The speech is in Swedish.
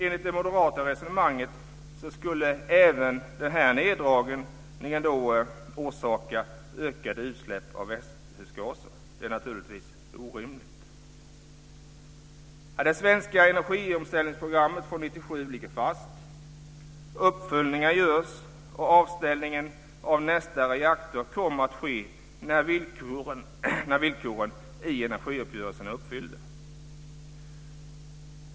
Enligt det moderata resonemanget skulle även den här neddragningen orsaka ökade utsläpp av växthusgaser. Det är naturligtvis orimligt. 1997 ligger fast. Uppföljningar görs och avställningen av nästa reaktor kommer att ske när villkoren i energiuppgörelsen är uppfyllda.